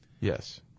Yes